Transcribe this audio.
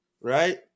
right